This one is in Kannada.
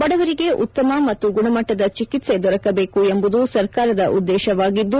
ಬಡವರಿಗೆ ಉತ್ತಮ ಮತ್ತು ಗುಣಮಟ್ಟದ ಚೆಕಿತ್ಸೆ ದೊರಕಬೇಕು ಎಂಬುದು ಸರ್ಕಾರದ ಉದ್ದೇಶವಾಗಿದ್ದು